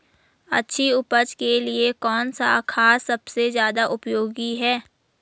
अच्छी उपज के लिए कौन सा खाद सबसे ज़्यादा उपयोगी है?